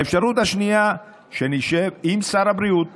האפשרות השנייה, שנשב עם שר הבריאות